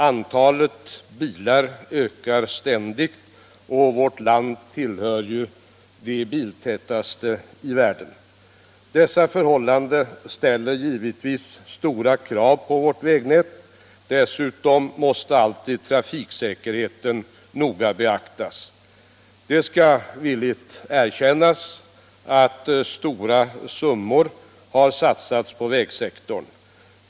Antalet bilar ökar ständigt, och vårt land tillhör de biltätaste i världen. Dessa förhållanden ställer givetvis stora krav på vårt vägnät. Dessutom måste alltid trafiksäkerheten noga beaktas. Det skall villigt erkännas att stora summor har satsats på vägsektorn.